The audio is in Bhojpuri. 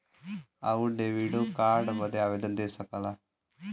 आउर डेबिटो कार्ड बदे आवेदन दे सकला